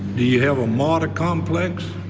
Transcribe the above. do you have a martyr complex?